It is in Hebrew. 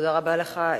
תודה רבה לך,